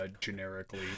generically